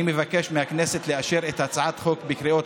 אני מבקש מהכנסת לאשר את הצעת החוק בקריאות